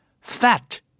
fat